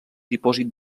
dipòsit